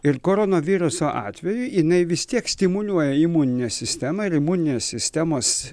ir koronaviruso atveju jinai vis tiek stimuliuoja imuninę sistemą ir imuninės sistemos